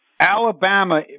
Alabama